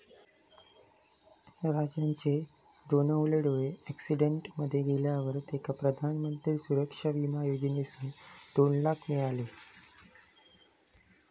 राजनचे दोनवले डोळे अॅक्सिडेंट मध्ये गेल्यावर तेका प्रधानमंत्री सुरक्षा बिमा योजनेसून दोन लाख रुपये मिळाले